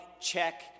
check